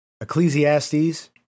Ecclesiastes